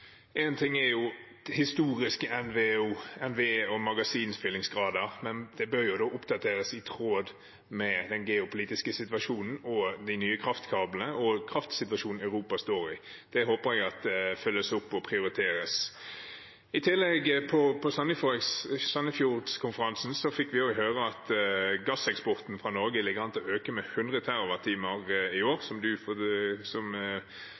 En ting er det historiske – NVE og magasinfyllingsgrader – men det bør jo oppdateres i tråd med den geopolitiske situasjonen og de nye kraftkablene og kraftsituasjonen Europa står i. Det håper jeg at følges opp og prioriteres. I tilegg: På Sandefjord-konferansen fikk vi høre at gasseksporten fra Norge ligger an til å øke med 100 TWh i år, som statsråden fortalte, hvor gass som